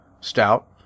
Stout